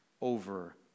over